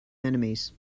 enemies